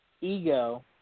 Ego